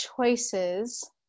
choices